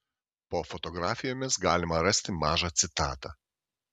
po fotografijomis galima rasti mažą citatą